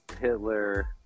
Hitler